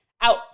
out